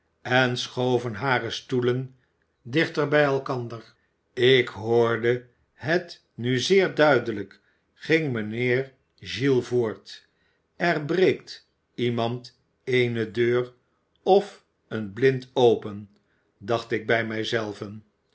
en schoven hare stoelen dichter bij elkander ik hoorde het nu zeer duidelijk ging mijnheer giles voort er breekt iemand eene deur of een blind open dacht ik bij mij